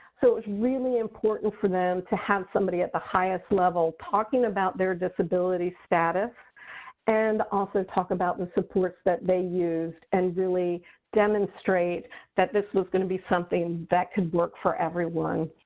so it's really important for them to have somebody at the highest level talking about their disability status and also talk about the supports that they used and really demonstrate that this was going to be something that could work for everyone.